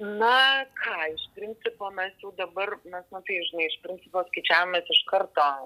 na ką iš principo mes jau dabar mes matai žinai iš principo skaičiavomės iš karto